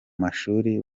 mashuri